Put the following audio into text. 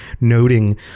noting